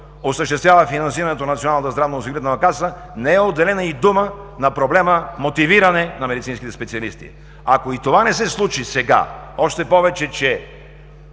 здравноосигурителна каса, не е отделена и дума на проблема „мотивиране на медицинските специалисти“. Ако и това не се случи сега, още повече че